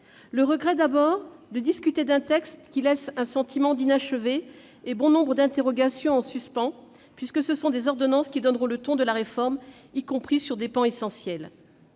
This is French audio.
Le regret, d'abord, de discuter d'un texte qui laisse un sentiment d'inachevé et bon nombre d'interrogations en suspens, puisque ce sont des ordonnances qui donneront le ton de la réforme, y compris pour des mesures essentielles.